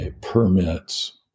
permits